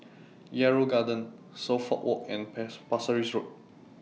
Yarrow Garden Suffolk Walk and Pasir Ris Road